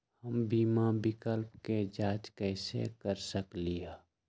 हम बीमा विकल्प के जाँच कैसे कर सकली ह?